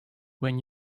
when